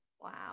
Wow